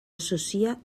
associa